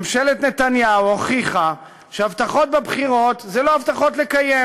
ממשלת נתניהו הוכיחה שהבטחות בבחירות זה לא הבטחות לקיים.